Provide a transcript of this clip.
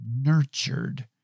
nurtured